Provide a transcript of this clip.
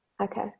Okay